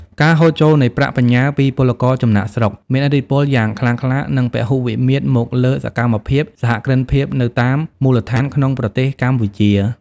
ការហូរចូលនៃប្រាក់បញ្ញើពីពលករចំណាកស្រុក មានឥទ្ធិពលយ៉ាងខ្លាំងខ្លា និងពហុវិមាត្រមកលើសកម្មភាពសហគ្រិនភាពនៅតាមមូលដ្ឋានក្នុងប្រទេសកម្ពុជា។